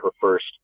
first